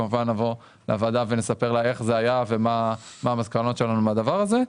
כמובן נבוא לוועדה ונספר לה איך זה היה ומה המסקנות שלנו מהדבר הזה.